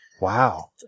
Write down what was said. Wow